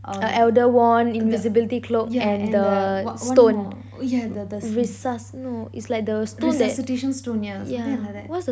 uh the yeah and the one more oh yeah the the resuscitation stone yeah something like that